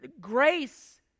grace